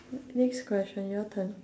next question your turn